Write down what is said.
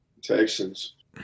Texans